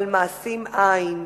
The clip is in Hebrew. אבל מעשים איִן.